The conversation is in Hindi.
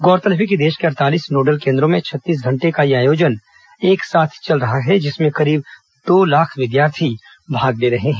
गौरतलब है कि देश के अड़तालीस नोडल केन्द्रों में छत्तीस घंटे का यह आयोजन एक साथ चल रहा है जिसमें करीब दो लाख विद्यार्थी भाग ले रहे हैं